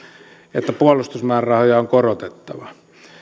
että puolustusmäärärahoja on korotettava